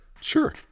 Sure